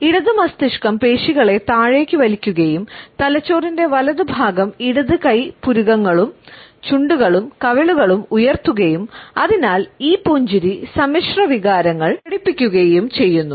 ഇടത് മസ്തിഷ്കം പേശികളെ താഴേക്ക് വലിക്കുകയും തലച്ചോറിന്റെ വലതുഭാഗം ഇടത് കൈ പുരികങ്ങളും ചുണ്ടുകളും കവിളുകളും ഉയർത്തുകയും അതിനാൽ ഈ പുഞ്ചിരി സമ്മിശ്ര വികാരങ്ങൾ പ്രകടിപ്പിക്കുകയും ചെയ്യുന്നു